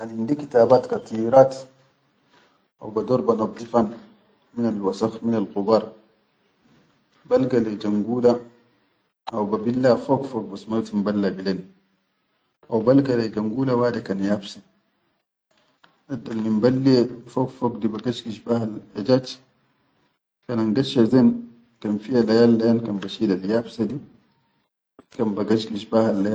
Kan indi kitabat katirat haw bador banazzifan minal wasakh minal qubar, balga lai jangula haw babilla fog fog bas ma timballa bilen, haw balga lai jangula wade kan yabse, daddal min balliye fog fog di bagashgish bahal ejaj, kan angsshe zan kan fiya layyan-layyan kan bashilal yabse di kan bagashgish.